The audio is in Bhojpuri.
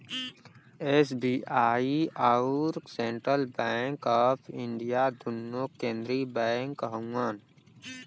एस.बी.आई अउर सेन्ट्रल बैंक आफ इंडिया दुन्नो केन्द्रिय बैंक हउअन